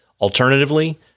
Alternatively